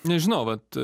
nežinau vat